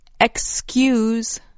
excuse